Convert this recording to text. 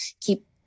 keep